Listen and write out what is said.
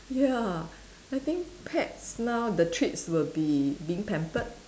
ya I think pets now the treats will be being pampered